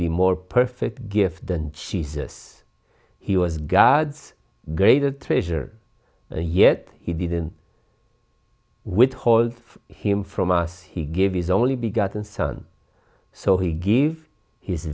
be more perfect gift and she says he was god's greatest treasure and yet he didn't withhold him from us he gave his only begotten son so he gave his